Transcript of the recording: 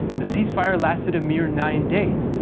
the ceasefire lasted a mere nine days,